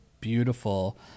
beautiful